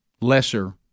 lesser